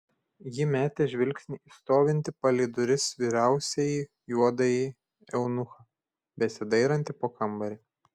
ji metė žvilgsnį į stovintį palei duris vyriausiąjį juodąjį eunuchą besidairantį po kambarį